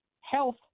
health